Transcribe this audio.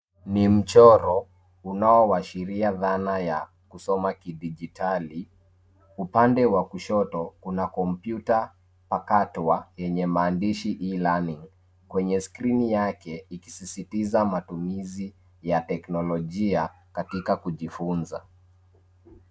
Ni mchoro, unaoashiria dhana ya kusoma kidijitali. Upande wa kushoto, kuna kompyuta pakatwa, yenye maandishi e-learning , kwenye skrini yake ikisisitiza matumizi ya teknolojia, katika kujifunza.